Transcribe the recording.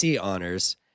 honors